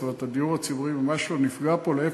זאת אומרת, הדיור הציבורי ממש לא נפגע פה, להפך,